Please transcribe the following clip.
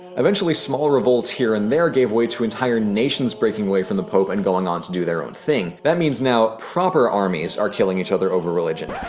eventually small revolts here and there gave way to entire nations breaking away from the pope and going on to do their own thing. that means now proper armies are killing each other over religion.